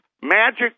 Magic